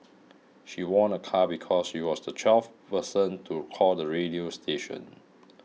she won a car because she was the twelfth person to call the radio station